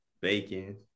bacon